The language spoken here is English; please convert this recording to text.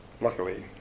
luckily